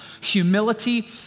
Humility